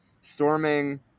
storming